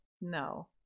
no